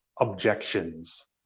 objections